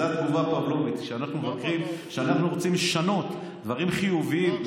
זאת תגובה פבלובית שכשאנחנו רוצים לשנות דברים חיוביים,